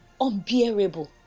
unbearable